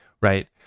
right